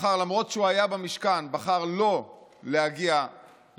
בחר, למרות שהוא היה במשכן, בחר שלא להגיע להצביע,